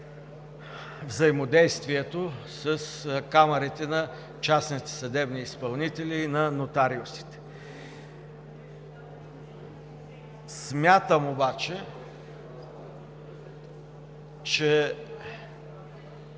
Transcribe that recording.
взаимодействието с камарите на частните съдебни изпълнители и на нотариусите. Смятам обаче, че